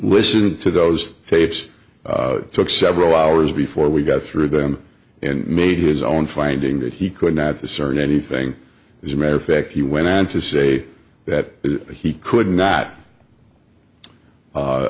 listened to those tapes took several hours before we got through them and made his own finding that he could not discern anything as a matter of fact he went on to say that he could not